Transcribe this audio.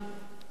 כמנהיג.